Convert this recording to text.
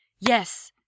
yes